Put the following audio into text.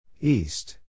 East